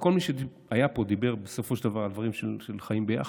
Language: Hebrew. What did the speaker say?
וכל מי שהיה פה בסופו של דבר דיבר על חיים יחד?